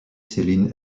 céline